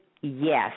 yes